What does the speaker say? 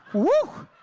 woo,